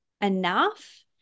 enough